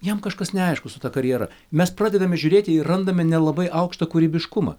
jam kažkas neaišku su ta karjera mes pradedame žiūrėti ir randame nelabai aukštą kūrybiškumą